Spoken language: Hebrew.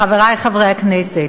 חברי חברי הכנסת,